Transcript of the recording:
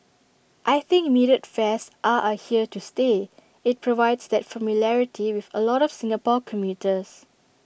I think metered fares are are here to stay IT provides that familiarity with A lot of Singapore commuters